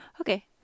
Okay